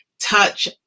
touch